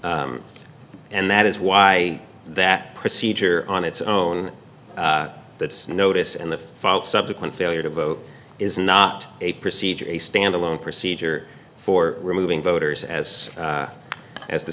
and that is why that procedure on its own that's noticed and the filed subsequent failure to vote is not a procedure a standalone procedure for removing voters as as the